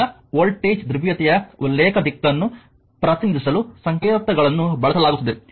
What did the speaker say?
ಆದ್ದರಿಂದ ವೋಲ್ಟೇಜ್ ಧ್ರುವೀಯತೆಯ ಉಲ್ಲೇಖ ದಿಕ್ಕನ್ನು ಪ್ರತಿನಿಧಿಸಲು ಸಂಕೇತಗಳನ್ನು ಬಳಸಲಾಗುತ್ತದೆ